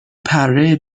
پره